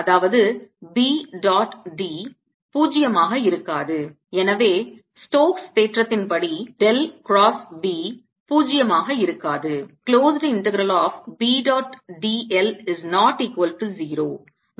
அதாவது B dot d 0 ஆக இருக்காது எனவே ஸ்டோக்ஸ் தேற்றத்தின் படி டெல் கிராஸ் B 0 ஆக இருக்காது